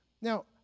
Now